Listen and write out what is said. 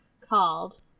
called